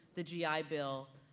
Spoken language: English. the g i. bill,